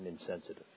insensitive